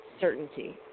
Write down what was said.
certainty